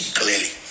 clearly